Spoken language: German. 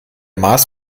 mars